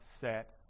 set